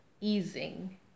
easing